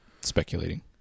speculating